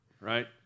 right